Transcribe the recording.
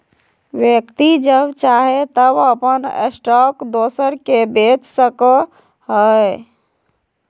व्यक्ति जब चाहे तब अपन स्टॉक दोसर के बेच सको हइ